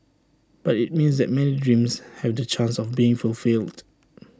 but IT means that many dreams have the chance of being fulfilled